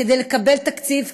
כדי לקבל תקציב,